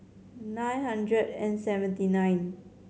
nine hundred and seventy nine